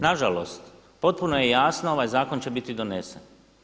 Nažalost, potpuno je jasno, ovaj zakon će biti donesen.